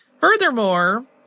Furthermore